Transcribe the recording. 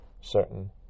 certain